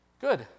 Good